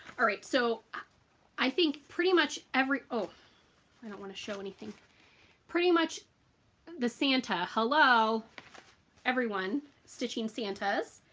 all right so i think pretty much every. oh i don't want to show anything pretty much the santa hello everyone stitching santa's.